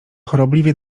chorobliwie